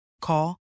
Call